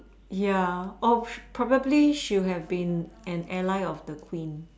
ya oh probably she would have been an Ally of the queen